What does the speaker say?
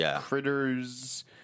critters